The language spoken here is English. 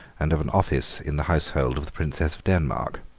and of an office in the household of the princess of denmark.